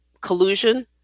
collusion